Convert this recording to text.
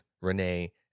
Renee